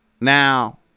now